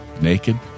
Naked